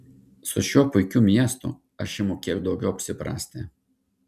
su šiuo puikiu miestu aš imu kiek daugiau apsiprasti